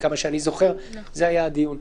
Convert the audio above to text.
עד כמה שאני זוכר, זה היה הדיון.